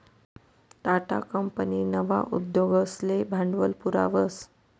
Tata company नवा उद्योगसले भांडवल पुरावस